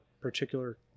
particular